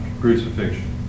crucifixion